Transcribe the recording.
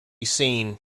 seen